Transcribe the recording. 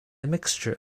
mixture